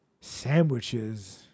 sandwiches